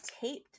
taped